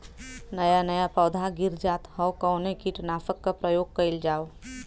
नया नया पौधा गिर जात हव कवने कीट नाशक क प्रयोग कइल जाव?